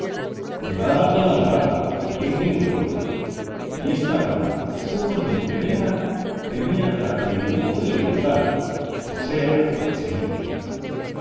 llevaba toda la barba bien que muy corta y esta barba sumamente negra tenía traza y dibujo de oriental o sea de semítica